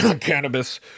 cannabis